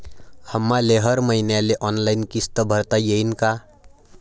आम्हाले हर मईन्याले ऑनलाईन किस्त भरता येईन का?